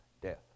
death